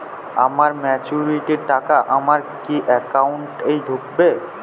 আমার ম্যাচুরিটির টাকা আমার কি অ্যাকাউন্ট এই ঢুকবে?